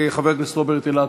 חבר הכנסת רוברט אילטוב.